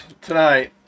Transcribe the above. tonight